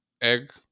egg